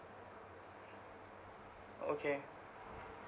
okay